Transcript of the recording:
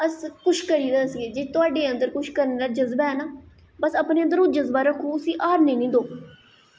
अस कुछ करियै दस्सगे कि जेकर थुआढ़े अंदर किश करने दा जज्बा ऐ ना बस अपने अंदरो ओह् जज्बा उस्सी हारने निं देओ